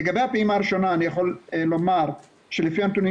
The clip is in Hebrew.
לגבי הפעימה הראשונה אני יכול לומר שלפי הנתונים